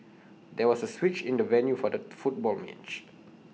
there was A switch in the venue for the football match